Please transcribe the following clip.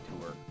tour